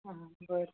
आं बरें